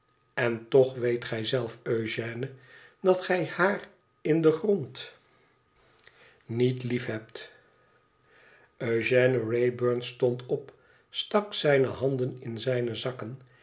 en toch weet gij zelf eugène dat gij haar in den grond niet liefhebt eugène wraybum stond op stak zijne handen in zijne zakken